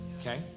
okay